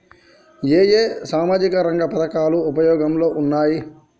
ఏ ఏ సామాజిక రంగ పథకాలు ఉపయోగంలో ఉన్నాయి?